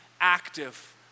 active